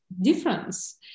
difference